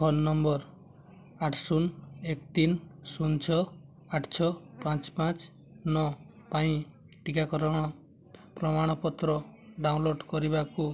phone number ଆଠ ଶୂନ ଏକ ତିନ ଶୂନ ଛଅ ଆଠ ଛଅ ପାଞ୍ଚ ପାଞ୍ଚ ନଅ ପାଇଁ ଟିକାକରଣ ପ୍ରମାଣପତ୍ର ଡାଉନଲୋଡ଼୍ କରିବାକୁ